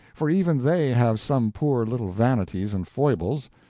for even they have some poor little vanities and foibles,